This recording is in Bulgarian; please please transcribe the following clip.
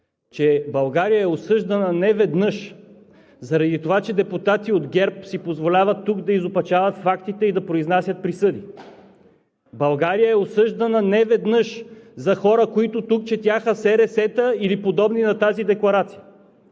че България е осъждана неведнъж заради това, че депутати от ГЕРБ си позволяват тук да изопачават фактите и да произнасят присъди. България е осъждана неведнъж за хора, които тук четяха СРС-та или подобни на тази декларация,